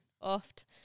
oft